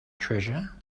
treasure